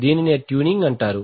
దీనినే ట్యూనింగ్ అంటారు